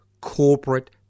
corporate